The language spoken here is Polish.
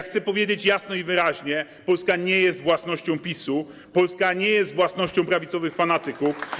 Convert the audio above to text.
Chcę powiedzieć jasno i wyraźnie: Polska nie jest własnością PiS-u, Polska nie jest własnością prawicowych fanatyków.